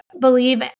believe